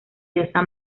diosa